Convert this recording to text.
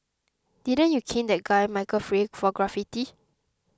didn't you cane that guy Michael Fay for graffiti